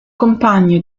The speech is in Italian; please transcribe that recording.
compagno